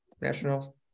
national